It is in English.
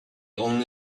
only